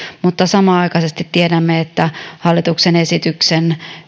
mutta samanaikaisesti tiedämme että yhtenä hallituksen esityksen